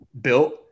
built